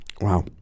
Wow